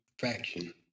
faction